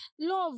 love